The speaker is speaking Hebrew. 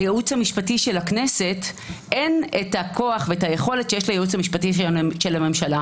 לייעוץ המשפטי של הכנסת אין הכוח והיכולת שיש לייעוץ המשפטי של הממשלה.